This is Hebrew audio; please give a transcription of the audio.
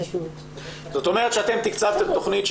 זאת אומרת שאתם תקצבתם תכנית,